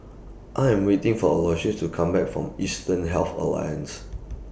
I Am waiting For Aloysius to Come Back from Eastern Health Alliance